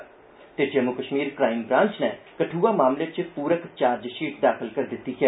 Jammu Kashmir crime branch नै कठुआ मामले च पूरक चार्जषीट दाखल कीती ऐ